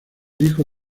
hijo